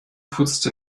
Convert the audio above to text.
putzte